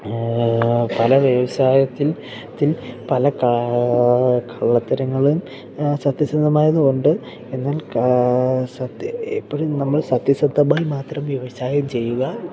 പല വ്യവസായത്തിൽ ത്തിൽ പല കാ കള്ളത്തരങ്ങളും സത്യസന്തമായതും ഉണ്ട് എന്നാൽ കാ സത്യ എപ്പോഴും നമ്മൾ സത്യസത്തമായി മാത്രം വ്യവസായം ചെയ്യുക